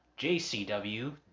JCW